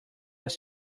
was